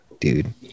dude